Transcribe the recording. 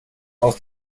aus